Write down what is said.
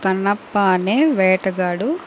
కన్నప్ప అనే వేటగాడు